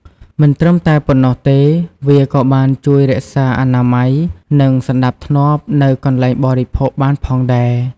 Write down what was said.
មិនត្រឹមតែប៉ុណ្ណោះទេ វាក៏បានជួយរក្សាអនាម័យ និងសណ្តាប់ធ្នាប់នៅកន្លែងបរិភោគបានផងដែរ ។